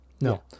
No